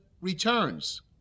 returns